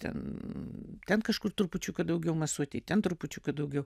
ten ten kažkur trupučiuką daugiau masuotei ten trupučiuką daugiau